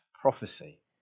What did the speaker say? prophecy